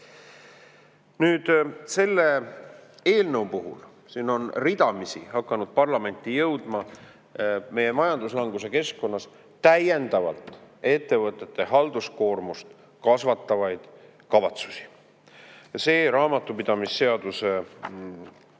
Selle eelnõu puhul siin on ridamisi hakanud parlamenti jõudma meie majanduslanguse keskkonnas täiendavalt ettevõtete halduskoormust kasvatavaid kavatsusi. See raamatupidamise seaduse